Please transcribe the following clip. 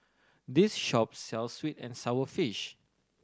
this shop sells sweet and sour fish